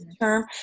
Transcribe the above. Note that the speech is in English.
term